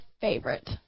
favorite